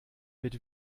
mit